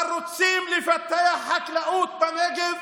אבל רוצים לפתח חקלאות בנגב